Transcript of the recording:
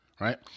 Right